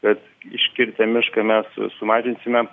bet iškirtę mišką mes sumažinsime